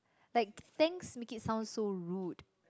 like thanks make it sounds so rude